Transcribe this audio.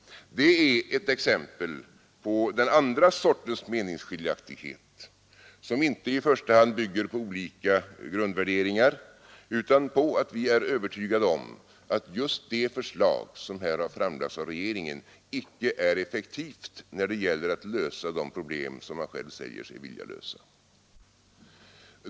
Det är ett exempel på den andra sortens meningsskiljaktighet som inte i första hand bygger på olika grundvärderingar utan på att vi är övertygade om att just det förslag som här har framlagts av regeringen icke är effektivt när det gäller att lösa de problem som man själv säger sig vilja lösa.